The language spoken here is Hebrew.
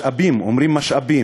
משאבֹּים, אומרים משאבּים.